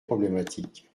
problématiques